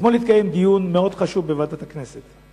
אתמול התקיים דיון מאוד חשוב בוועדת הכנסת.